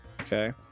Okay